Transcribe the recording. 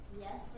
yes